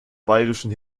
bayerischen